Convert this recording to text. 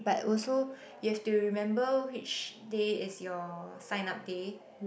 but also you have to remember which day is your sign up day